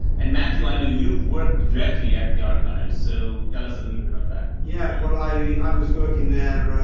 and matthew, i know you've worked directly at the archives, so tell us a little bit about that. yeah, well, i, i was working there, ah,